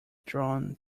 drawn